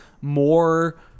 more